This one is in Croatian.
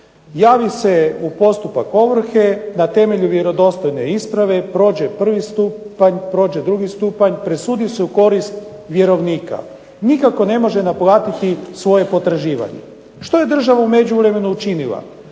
Javi se u postupak ovrhe, na temelju vjerodostojne isprave, prođe prvi stupanja, prođe drugi stupanja, presudi se u korist vjerovnika. Nikako ne može naplatiti svoje potraživanje. Što je država u međuvremenu učinila?